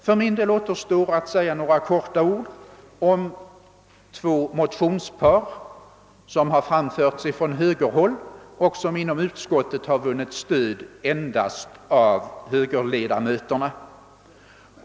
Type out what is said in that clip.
För min del återstår att säga några ord om två motionspar, som framförts från högerhåll och som inom utskottet vunnit stöd endast av högerledamöterna.